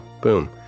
Boom